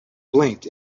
blinked